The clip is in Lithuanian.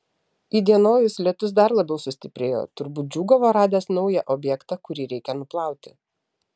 įdienojus lietus dar labiau sustiprėjo turbūt džiūgavo radęs naują objektą kurį reikia nuplauti